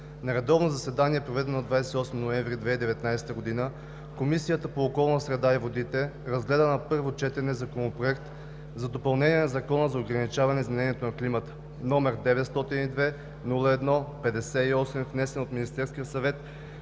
На редовно заседание, проведено на 28 ноември 2019 г., Комисията по околната среда и водите разгледа на първо четене Законопроект за допълнение на Закона за ограничаване изменението на климата, № 902-01-58, внесен от Министерския съвет